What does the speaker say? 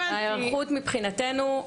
ההיערכות מבחינתנו,